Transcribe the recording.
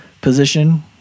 position